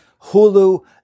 Hulu